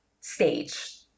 stage